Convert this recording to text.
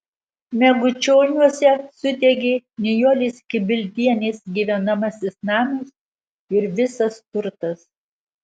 megučioniuose sudegė nijolės kibildienės gyvenamasis namas ir visas turtas